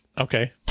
Okay